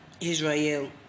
Israel